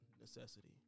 necessity